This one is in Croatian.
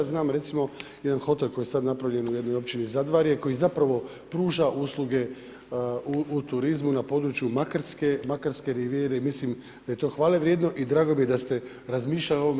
Znam recimo jedan hotel koji je sad napravljen u općini Zadvarje koji zapravo pruža usluge u turizmu na području makarske rivijere i mislim da je to hvale vrijedno i drago mi je da ste razmišljali o ovome.